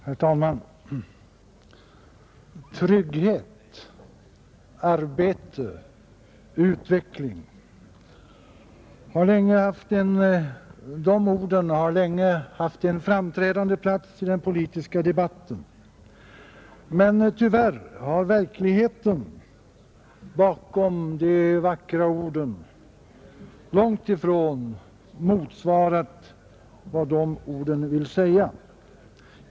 Herr talman! Trygghet, arbete, utveckling — de orden har länge haft en framträdande plats i den politiska debatten. Men tyvärr har verkligheten bakom de vackra orden långtifrån motsvarat vad de orden vill säga.